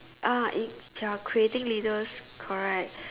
ah it they are creating leaders correct